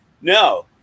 No